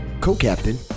co-captain